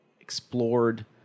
explored